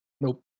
Nope